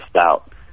Stout